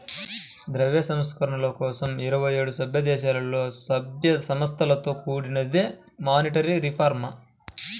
ద్రవ్య సంస్కరణల కోసం ఇరవై ఏడు సభ్యదేశాలలో, సభ్య సంస్థలతో కూడినదే మానిటరీ రిఫార్మ్